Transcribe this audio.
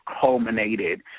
culminated